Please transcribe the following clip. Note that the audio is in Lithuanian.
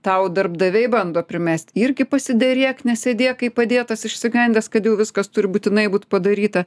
tau darbdaviai bando primest irgi pasiderėk nesėdėk kaip padėtas išsigandęs kad jau viskas turi būtinai būt padaryta